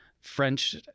French